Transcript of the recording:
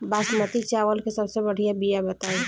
बासमती चावल के सबसे बढ़िया बिया बताई?